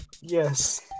Yes